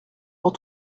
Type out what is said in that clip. pour